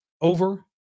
over